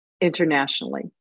internationally